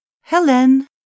Helen